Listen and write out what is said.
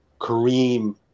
Kareem